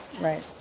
right